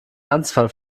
ernstfall